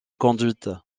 conduite